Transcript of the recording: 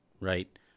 Right